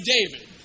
David